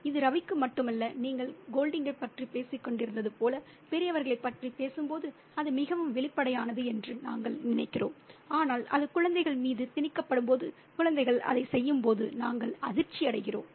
இது ரவிக்கு மட்டுமல்ல நீங்கள் கோல்டிங்கைப் பற்றி பேசிக் கொண்டிருந்தது போல பெரியவர்களைப் பற்றி பேசும்போது அது மிகவும் வெளிப்படையானது என்று நாங்கள் நினைக்கிறோம் ஆனால் அது குழந்தைகள் மீது திணிக்கப்படும்போது குழந்தைகள் அதைச் செய்யும்போது நாங்கள் அதிர்ச்சியடைகிறோம்